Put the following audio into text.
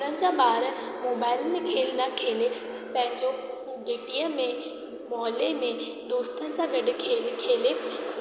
उन्हनि जा ॿार मोबाइल में खेल था खेलनि पंहिंजो घिटीअ में मोहले में दोस्तनि सां गॾु खेल खेले